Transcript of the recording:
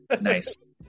Nice